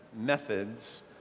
methods